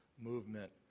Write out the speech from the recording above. movement